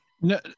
no